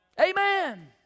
Amen